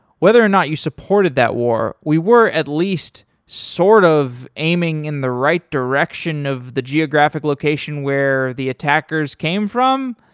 whether or not you supported that war, we were at least sort of aiming in the right direction of the geographic location where the attackers came from.